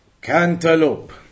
Cantaloupe